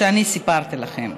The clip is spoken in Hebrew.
שאני סיפרתי לכם.